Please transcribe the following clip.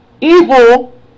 evil